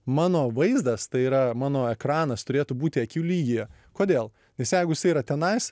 mano vaizdas tai yra mano ekranas turėtų būti akių lygyje kodėl nes jeigu jisai yra tenais